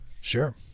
Sure